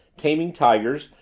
taming tigers,